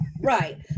Right